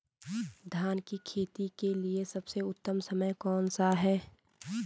धान की खेती के लिए सबसे उत्तम समय कौनसा है?